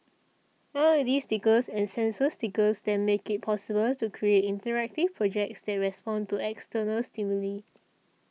l E D stickers and sensor stickers then make it possible to create interactive projects that respond to external stimuli